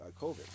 COVID